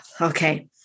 okay